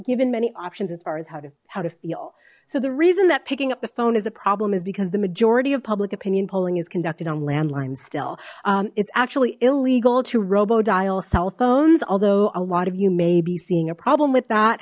given many options as far as how to how to feel so the reason that picking up the phone is a problem is because the majority of public opinion polling is conducted on landlines still it's actually illegal to robo dial cell phones although a lot of you may be seeing a problem with that